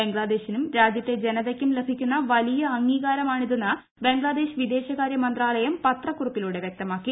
ബംഗ്ലദേശിനും രാജ്യത്തെ ജനതയ്ക്കും ലഭിക്കുന്ന വലിയ അംഗീകാരമാണിതെന്ന് ബംഗ്ലദേശ് വിദേശകാര്യ മന്ത്രാലയം പത്രക്കുറിപ്പിലൂടെ വ്യക്തമാക്കി